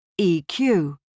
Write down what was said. EQ